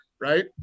Right